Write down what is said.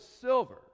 silver